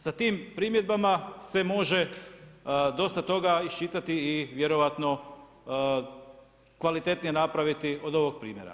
Sa tim primjedbama se može dosta toga iščitati i vjerojatno kvalitetnije napraviti od ovog primjera.